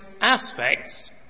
aspects